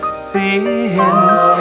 sins